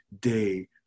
day